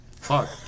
Fuck